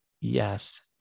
yes